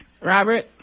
Robert